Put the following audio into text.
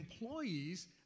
employees